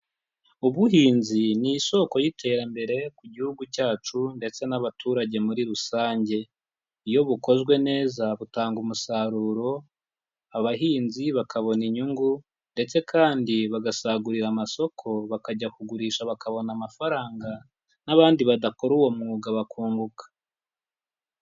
Ubuhinzi ni isoko y'iterambere ku gihugu cyacu ndetse n'abaturage muri rusange. Iyo bukozwe neza butanga umusaruro, abahinzi bakabona inyungu ndetse kandi bagasagurira amasoko, bakajya kugurisha bakabona amafaranga n'abandi badakora uwo mwuga bakunguka.